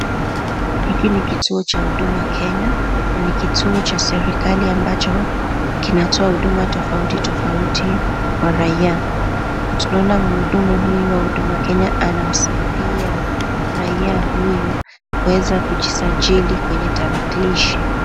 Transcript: Hiki ni kituo cha huduma Kenya, na ni kituo cha serikali ambacho kinatoa huduma tofauti tofauti kwa raia, tunaona mhudumu huyu wa huduma Kenya anamsaidia raia huyu kuweza kujisajili kwenye tarakilishi.